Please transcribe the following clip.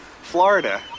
Florida